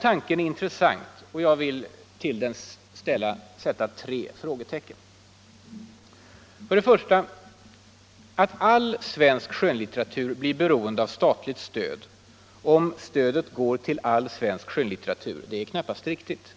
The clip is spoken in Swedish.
Tanken är intressant. Jag har tre frågetecken. 1. Att ”all svensk skönlitteratur” blir beroende av statligt stöd om detta stöd går till all svensk skönlitteratur är knappast riktigt.